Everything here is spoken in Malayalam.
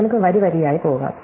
നമുക്ക് വരിവരിയായി പോകാം